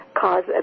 cause